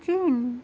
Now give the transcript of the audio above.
جن